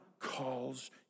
calls